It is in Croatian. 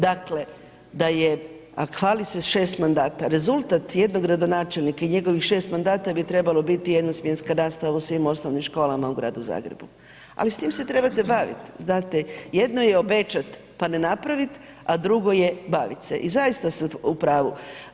Dakle, da je, a hvali se šest mandata, rezultat jednog gradonačelnika i njegovih šest mandata bi trebalo biti jednosmjenska nastava u svim osnovnim školama u Gradu Zagrebu, ali s tim se trebate bavit, znate jedno je obećat pa ne napravit, a drugo je bavit se, i zaista ste u pravu.